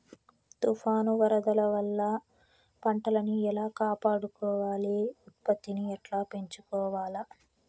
తుఫాను, వరదల వల్ల పంటలని ఎలా కాపాడుకోవాలి, ఉత్పత్తిని ఎట్లా పెంచుకోవాల?